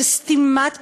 של סתימת פיות,